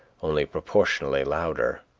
only proportionally louder.